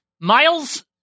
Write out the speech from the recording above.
miles